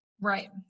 Right